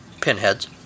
Pinheads